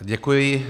Děkuji.